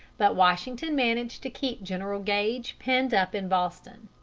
but washington managed to keep general gage penned up in boston,